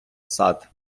сад